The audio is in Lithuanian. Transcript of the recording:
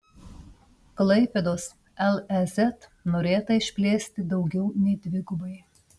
klaipėdos lez norėta išplėsti daugiau nei dvigubai